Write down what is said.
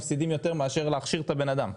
מפסידים יותר מאשר להכשיר את הבן-אדם.